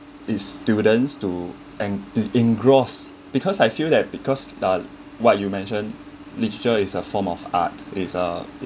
is students to and eng~ engross because I feel that because what you mention literature is a form of art is uh